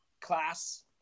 class